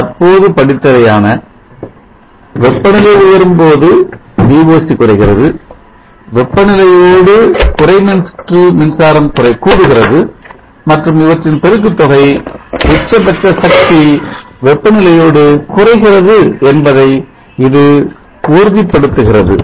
நாம் தற்போது படித்தவையான வெப்பநிலை உயரும் போது Voc குறைகிறது வெப்பநிலையோடு குறை மின்சுற்று மின்சாரம் கூடுகிறது மற்றும் இவற்றின் பெருக்குத் தொகை உச்சபட்ச சக்தி வெப்ப நிலையோடு குறைகிறது என்பதை இது உறுதிப்படுத்துகிறது